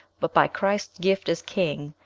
but by christ's gift as king.